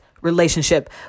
Relationship